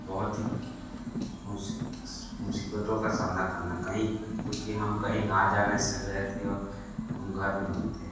बहुत ही मुसीबतों का सामना करना कहीं क्योंकि हम कहीं आ जा नहीं सक रहे थे और हम घर में बंद थे